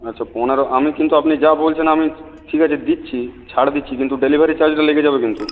আচ্ছা পনেরো আমি কিন্তু আপনি যা বলছেন আমি ঠিক আছে দিচ্ছি ছাড় দিচ্ছি কিন্তু ডেলিভারি চার্জটা লেগে যাবে কিন্তু